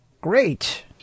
Great